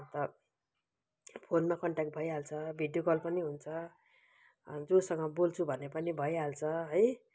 अन्त फोनमा कन्ट्याक्ट भइहाल्छ भिडियो कल पनि हुन्छ जोसँग बोल्छु भने पनि भइहाल्छ है